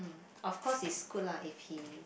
of course it's good lah if he